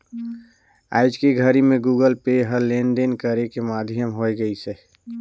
आयज के घरी मे गुगल पे ह लेन देन करे के माधियम होय गइसे